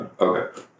Okay